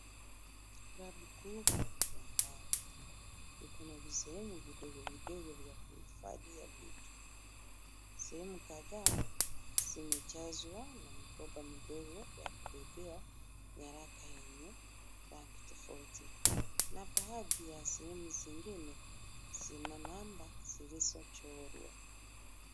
Rafu kubwa ya mbao iko na visehemu vidogo vidogo vya kuhifadhia vitu. Sehemu kadhaa zimejazwa na mikoba midogo ya kubebea nyaraka yenye rangi tofauti na baadhi ya sehemu zingine zina namba zilizochorwa.